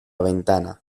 ventana